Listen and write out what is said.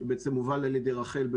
שמובל על ידי רח"ל,